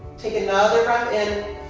take another breath in